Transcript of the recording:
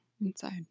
inside